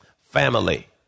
Family